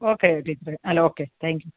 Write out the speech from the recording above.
okay ടീച്ചറേ hello okay thank U